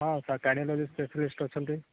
ହଁ ତ cardiologist specialist ଅଛନ୍ତି